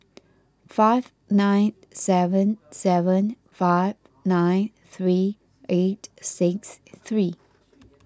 five nine seven seven five nine three eight six three